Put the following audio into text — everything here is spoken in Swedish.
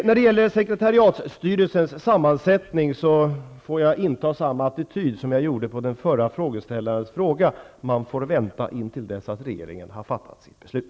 När det gäller sekretariatstyrelsens sammansättning får jag inta samma attityd som jag intog till den förra frågeställarens fråga: Man får vänta intill dess att regeringen har fattat sitt beslut.